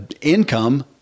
income